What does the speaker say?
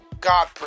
God